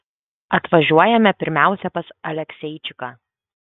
atvažiuojame pirmiausia pas alekseičiką